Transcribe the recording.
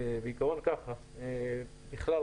בעיקרון ככה ככלל,